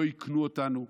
לא יקנו אותנו.